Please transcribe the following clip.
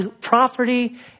property